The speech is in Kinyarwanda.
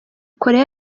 korea